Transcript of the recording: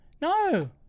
No